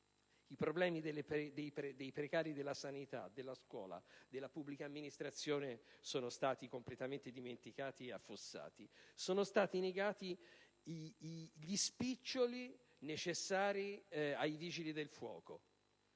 I problemi dei precari della sanità, della scuola e della pubblica amministrazione sono stati completamente dimenticati e affossati. Sono stati negati gli spiccioli necessari ai Vigili del fuoco.